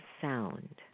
sound